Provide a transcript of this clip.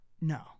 No